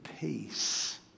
peace